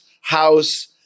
house